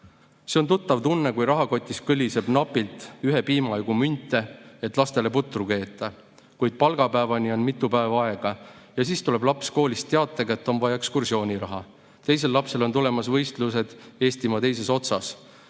See on tuttav tunne, kui rahakotis kõliseb napilt ühe piima jagu münte, et lastele putru keeta, kuid palgapäevani on mitu päeva aega ja siis tuleb laps koolist teatega, et vaja on ekskursiooniraha. Teisel lapsel on tulemas võistlused Eestimaa teises otsas.